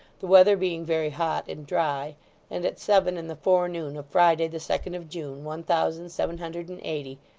the weather being very hot and dry and at seven in the forenoon of friday the second of june, one thousand seven hundred and eighty,